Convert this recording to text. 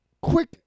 Quick